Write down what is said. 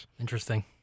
Interesting